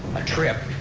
a trip,